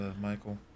Michael